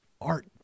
art